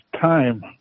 time